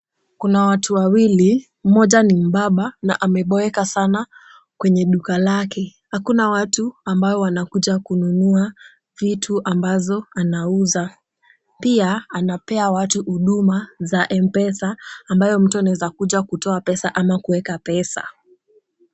Kuna watu wawili, mmoja ni mbaba na ameboeka sana kwenye duka lake. Hakuna watu ambao wanakuja kununua vitu ambazo anauza. Pia anapea watu huduma za M-Pesa ambazo mtu anaweza kuja kutoa pesa ama kuweka pesa.